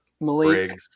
Malik